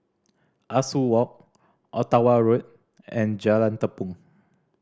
Ah Soo Walk Ottawa Road and Jalan Tepong